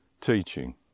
teaching